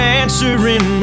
answering